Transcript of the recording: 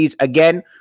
Again